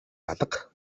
алга